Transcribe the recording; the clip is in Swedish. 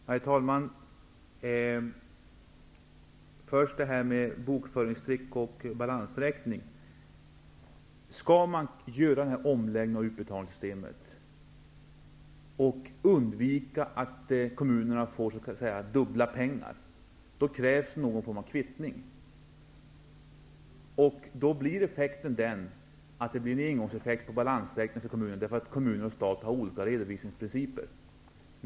Herr talman! Först frågan om bokföringstrick och balansräkning. Skall man göra denna omläggning av utbetalningssystemet och undvika att kommunerna får ''dubbla pengar'', krävs någon form av kvittning. Då blir det en engångseffekt på balansräkningen för kommunerna, för kommuner och stat har olika redovisningsprinciper.